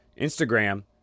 Instagram